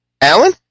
Alan